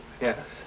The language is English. Yes